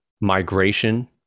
migration